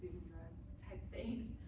type things.